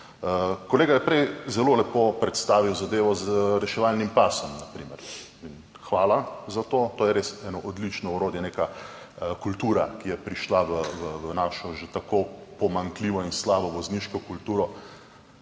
Kolega je prej na primer zelo lepo predstavil zadevo z reševalnim pasom. Hvala za to. To je res eno odlično orodje, neka kultura, ki je prišla v našo že tako pomanjkljivo in slabo vozniško kulturo,